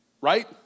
Right